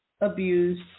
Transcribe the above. abuse